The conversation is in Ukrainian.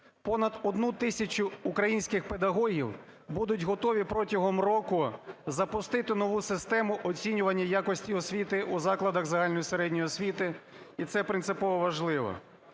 Понад 1 тисячу українських педагогів будуть готові протягом року запустити нову систему оцінювання якості освіти у закладах загальної середньої освіти. І це принципово важливо.